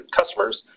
customers